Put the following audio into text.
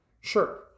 Sure